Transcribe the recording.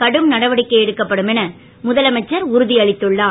கடும் நடவடிக்கை எடுக்கப்படும் என முதலமைச்சர் உறுதியளித்துள்ளார்